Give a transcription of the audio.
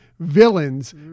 Villains